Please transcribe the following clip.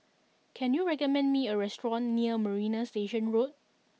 can you recommend me a restaurant near Marina Station Road